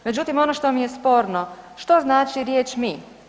Međutim, ono što mi je sporno, što znači riječ mi?